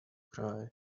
cry